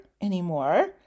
anymore